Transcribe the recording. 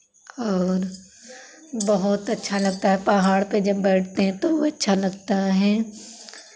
और बहुत अच्छा लगता है पहाड़ पे जब बैठते हैं तो अच्छा लगता है